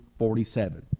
47